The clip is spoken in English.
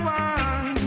one